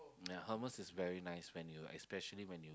ya hummus is very nice when you especially when you